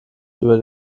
über